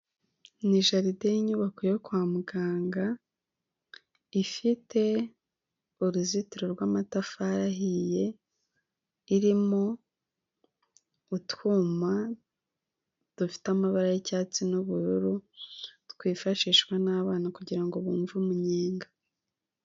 Ni jaride y'inyubako yo kwa muganga ifite uruzitiro rw'amatafari ahiye, irimo utwuma dufite amabara y'icyatsi n'ubururu twifashishwa n'abana kugirango bumve umunyenga.